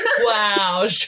wow